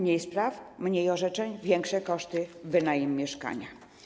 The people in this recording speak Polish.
Mniej spraw, mniej orzeczeń, większe koszty wynajmu mieszkania.